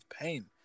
Pain